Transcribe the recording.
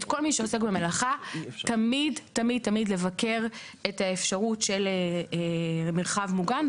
את כל מי שעוסק במלאכה תמיד לבקר את האפשרות של מרחב מוגן,